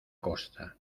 costa